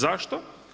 Zašto?